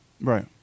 Right